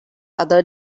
other